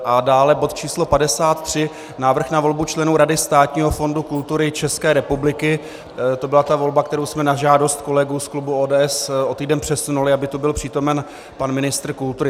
A dále bod číslo 53, Návrh na volbu členů Rady Státního fondu kultury České republiky, to byla ta volba, kterou jsme na žádost kolegů z klubu ODS o týden přesunuli, aby tu byl přítomen pan ministr kultury.